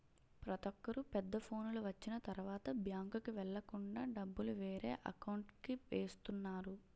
ప్రతొక్కరు పెద్ద ఫోనులు వచ్చిన తరువాత బ్యాంకుకి వెళ్ళకుండా డబ్బులు వేరే అకౌంట్కి వేస్తున్నారు